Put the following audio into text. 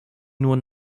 nur